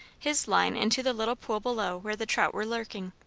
his line into the little pool below where the trout were lurking.